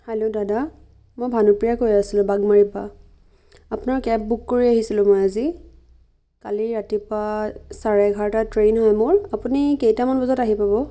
hello দাদা মই ভানুপ্ৰিয়াই কৈ আছিলোঁ বাঘমাৰীৰ পা আপোনাৰ কেব বুক কৰি আহিছিলোঁ মই আজি কালি ৰাতিপুৱা চাৰে এঘাৰটাত ট্ৰেইন হয় মোৰ আপুনি কেইটামান বজাত আহি পাব